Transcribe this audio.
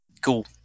cool